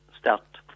start